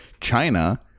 China